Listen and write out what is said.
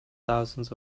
thousands